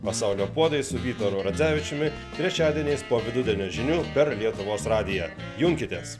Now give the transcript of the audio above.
pasaulio puodai su vytaru radzevičiumi trečiadieniais po vidudienio žinių per lietuvos radiją junkitės